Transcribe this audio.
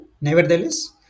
nevertheless